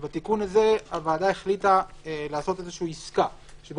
שבתיקון הזה הוועדה החליטה לעשות עסקה שבה